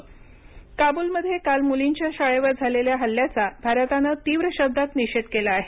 काबुल काबूलमध्ये काल मुलींच्या शाळेवर झालेल्या हल्ल्याचा भारतानं तीव्र शब्दात निषेध केला आहे